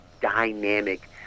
dynamic